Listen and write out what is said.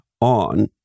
on